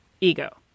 ego